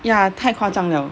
ya 太夸张了